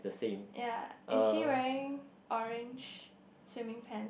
ya is he wearing orange swimming pants